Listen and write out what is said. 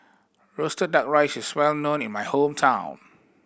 roasted Duck Rice is well known in my hometown